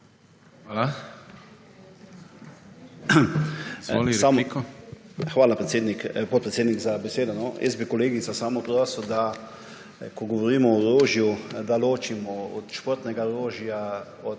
(PS SDS):** Hvala podpredsednik za besedo. Jaz bi kolegico samo prosil, da, ko govorimo o orožju, da ločimo od športnega orožja